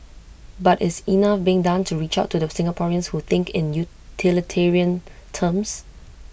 but is enough being done to reach out to the Singaporeans who think in utilitarian terms